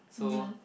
so